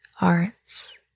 arts